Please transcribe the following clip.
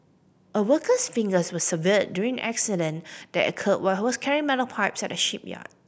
a worker's fingers were severed during an incident that occurred while he was carrying metal pipes at a shipyard